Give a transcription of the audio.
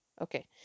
okay